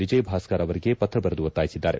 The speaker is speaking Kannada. ವಿಜಯಭಾಸ್ಕರ್ ಅವರಿಗೆ ಪತ್ರ ಬರೆದು ಒತ್ತಾಯಿಸಿದ್ದಾರೆ